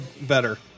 better